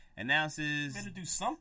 Announces